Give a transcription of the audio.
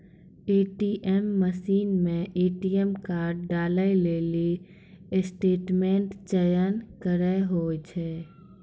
ATM मशीनो मे ATM card डालै लेली स्टेटमेंट चयन करे होय छै